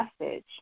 message